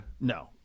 No